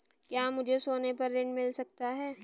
क्या मुझे सोने पर ऋण मिल सकता है?